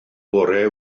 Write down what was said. bore